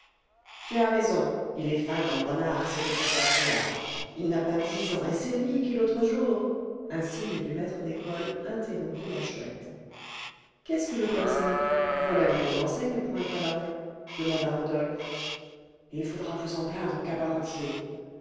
tu as raison il est fin comme renard ce petit tortillard il n'a pas dix ans et c'est lui qui l'autre jour un signe du maître d'école interrompit la chouette qu'est-ce que le coeur saignant voilà une drôle d'enseigne pour un cabaret demanda rodolphe il faudra vous en plaindre au cabaretier